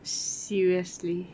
seriously